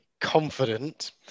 confident